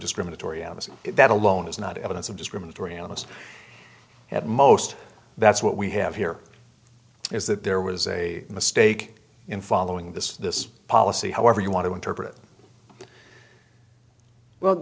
discriminatory honesty that alone is not evidence of discriminatory analysts at most that's what we have here is that there was a mistake in following this this policy however you want to interpret well